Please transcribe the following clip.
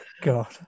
god